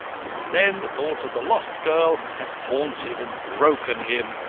since then the thought of the lost girl has haunted and broken him.